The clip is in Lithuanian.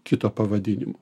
kito pavadinimo